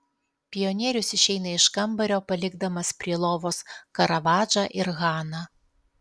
pionierius išeina iš kambario palikdamas prie lovos karavadžą ir haną